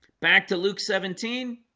back to luke seventeen